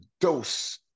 dose